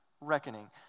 reckoning